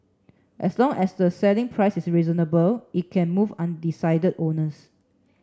as long as the selling price is reasonable it can move undecided owners